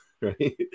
right